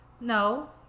no